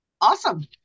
Awesome